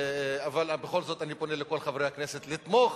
אבל בכל זאת אני פונה לכל חברי הכנסת לתמוך